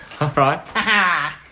right